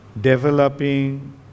developing